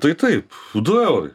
tai taip du eurai